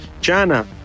Jana